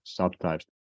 subtypes